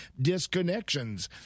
disconnections